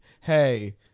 hey